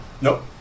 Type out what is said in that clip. Nope